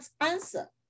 answer